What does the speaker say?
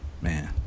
man